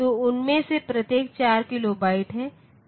तो उनमें से प्रत्येक 4 किलोबाइट है